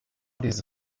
diese